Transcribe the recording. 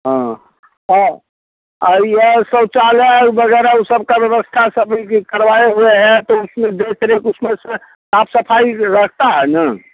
हाँ अब इहै शौचालय वगैरह वह सब का व्यवस्था सब यह करवाए हुए है तो उसमें देख रेख उसमें सा साफ़ सफ़ाई रहता है ना